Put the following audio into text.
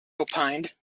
opined